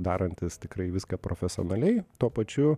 darantys tikrai viską profesionaliai tuo pačiu